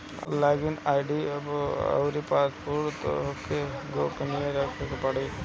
log in ID अउरी password तोहके गोपनीय रखे के पड़त हवे